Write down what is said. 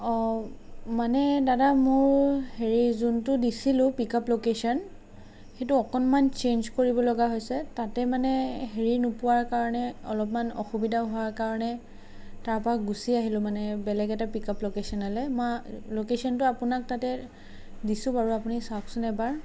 অঁ মানে দাদা মোৰ হেৰি যোনটো দিছিলোঁ পিক আপ লোকেশ্যন সেইটো অকণমান চেঞ্জ কৰিব লগা হৈছে তাতে মানে হেৰি নোপোৱাৰ কাৰণে অলপমান অসুবিধা হোৱাৰ কাৰণে তাৰ পৰা গুচি আহিলোঁ মানে বেলেগ এটা পিকআপ লোকেশ্যনলৈ মই লোকেশ্যনটো আপোনাক তাতে দিছোঁ বাৰু আপুনি চাওকচোন এবাৰ